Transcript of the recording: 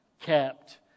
kept